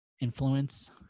influence